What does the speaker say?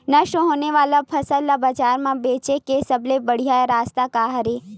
नष्ट होने वाला फसल ला बाजार मा बेचे के सबले बढ़िया रास्ता का हरे?